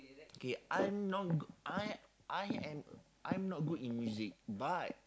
K I'm not g~ I I am I'm not good in music but